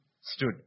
stood